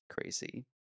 crazy